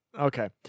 Okay